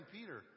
Peter